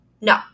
No